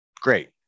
Great